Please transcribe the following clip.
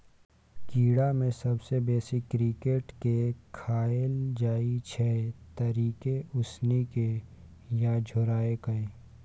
कीड़ा मे सबसँ बेसी क्रिकेट केँ खाएल जाइ छै तरिकेँ, उसनि केँ या झोराए कय